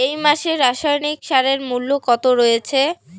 এই মাসে রাসায়নিক সারের মূল্য কত রয়েছে?